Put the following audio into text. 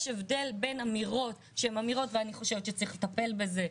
יש הבדל בין אמירות שהן אמירות ואני חושבת שצריך לטפל בזה,